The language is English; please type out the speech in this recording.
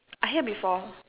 I hear before